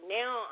now